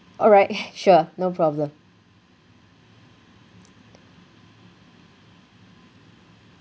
alright sure no problem